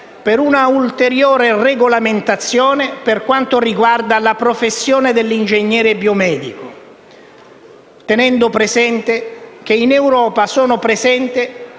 per una ulteriore regolamentazione per quanto riguarda la professione dell'ingegnere biomedico, anche in considerazione del fatto che in Europa sono presenti